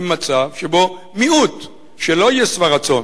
עם מצב שבו מיעוט שלא יהיה שבע רצון,